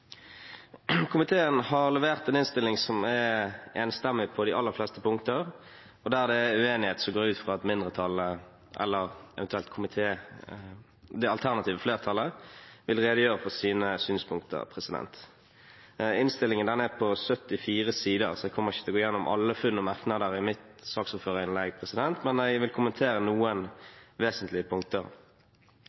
Komiteen har levert en innstilling som er enstemmig på de aller fleste punkter. Der det er uenighet, går jeg ut fra at mindretallet eller det alternative flertallet vil redegjøre for sine synspunkter. Innstillingen er på 74 sider, så jeg kommer ikke til å gå gjennom alle funn og merknader i mitt saksordførerinnlegg, men jeg vil kommentere noen vesentlige punkter.